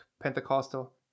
pentecostal